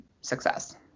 success